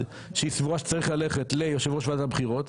שהיא סבורה שצריך ללכת ליושב ראש ועדת הבחירות.